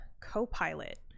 Copilot